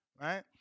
right